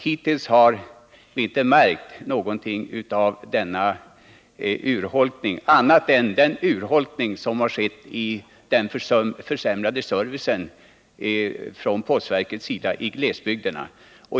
Hittills har vi inte märkt någonting av det — annat än den urholkning som skett av servicen från postverkets sida i glesbygderna.